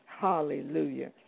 Hallelujah